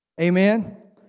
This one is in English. Amen